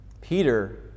Peter